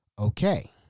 okay